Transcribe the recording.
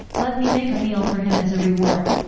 let me make a meal for him as a reward.